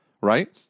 Right